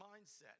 mindset